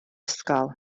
ysgol